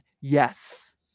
Yes